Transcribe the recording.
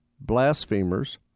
blasphemers